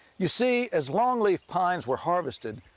you see, as longleaf pines were harvested,